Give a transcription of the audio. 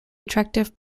attractive